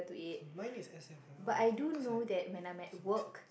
mine is S_F_L_R cause it cause it makes sense